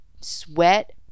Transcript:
sweat